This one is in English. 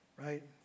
Right